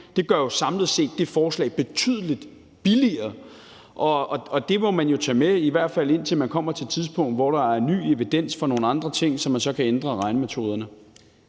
Det gør jo samlet set det forslag betydelig billigere, og det må man tage med, i hvert fald indtil man kommer til et tidspunkt, hvor der er ny evidens for nogle andre ting og man så kan ændre regnemetoderne.